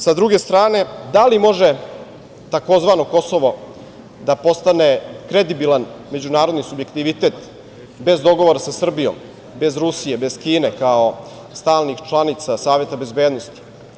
Sa druge strane, da li može tzv. Kosovo da postane kredibilan međunarodni subjektivitet bez dogovora sa Srbijom, bez Rusije, bez Kine kao stalnih članica Saveta bezbednosti?